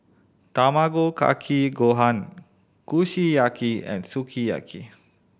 Tamago Kake Gohan Kushiyaki and Sukiyaki